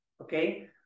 okay